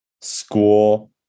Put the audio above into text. school